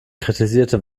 kritisierte